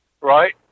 Right